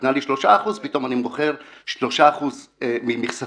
ניתנה לי 3%, פתאום אני בוחר 3% ממכסתי.